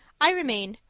i remain,